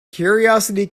curiosity